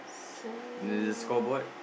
so